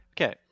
Okay